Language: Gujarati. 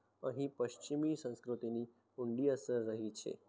અહીં પશ્ચિમી સંસ્કૃતિની ઊંડી અસર રહી છે